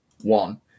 one